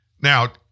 Now